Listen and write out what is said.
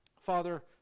Father